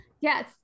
Yes